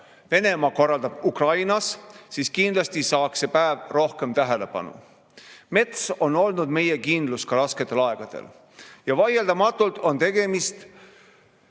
Venemaa korraldab Ukrainas, siis kindlasti saaks see päev rohkem tähelepanu. Mets on olnud meie kindlus ka rasketel aegadel ja vaieldamatult on tegemist